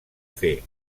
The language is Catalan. fer